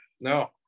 No